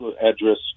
address